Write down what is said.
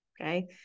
Okay